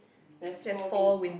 there's four wind